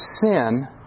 sin